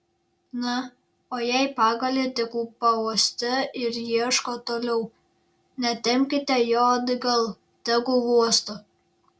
na o jei pagalį tik pauostė ir ieško toliau netempkite jo atgal tegu uosto